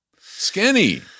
Skinny